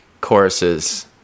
choruses